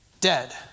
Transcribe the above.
Dead